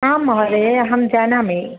आं महोदये अहं जानामि